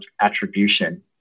attribution